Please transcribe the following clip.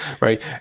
Right